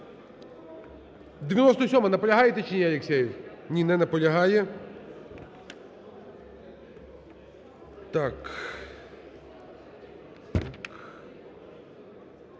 97-а. Наполягаєте чи ні Алексєєв? Ні, не наполягає. Так,